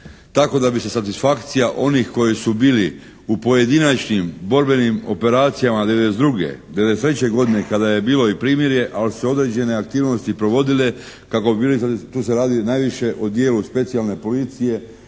Tako da bi se satisfakcija onih koji su bili u pojedinačnim borbenim operacijama 92., 93. godine kada je bilo i primirje, ali su se određene aktivnosti provodile, kako bi bili, tu se radi najviše o dijelu specijalne policije